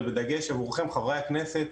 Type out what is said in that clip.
אבל בדגש עבורכם חברי הכנסת.